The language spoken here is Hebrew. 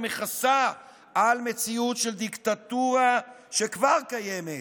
המכסה על מציאות של דיקטטורה שכבר קיימת,